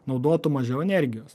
naudotų mažiau energijos